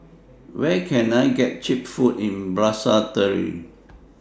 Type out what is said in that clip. Where Can I get Cheap Food in Basseterre